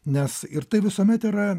nes ir tai visuomet yra